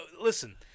Listen